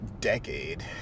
decade